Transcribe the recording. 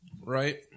right